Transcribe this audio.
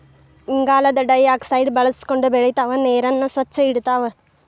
ಇಂಗಾಲದ ಡೈಆಕ್ಸೈಡ್ ಬಳಸಕೊಂಡ ಬೆಳಿತಾವ ನೇರನ್ನ ಸ್ವಚ್ಛ ಇಡತಾವ